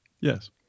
yes